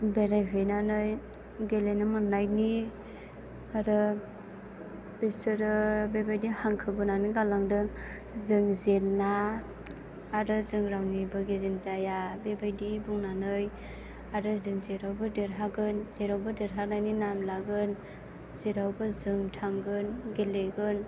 बेरायहैनानै गेलेनो मोननायनि आरो बिसोरो बेबायदि हांखो बोनानै गालांदों जों जेना आरो जों रावनिबो गेजें जाया बेबायदि बुंनानै आरो जों जेरावबो देरहागोन जेरावबो देरहानायनि नाम लागोन जेरावबो जों थांगोन गेलेगोन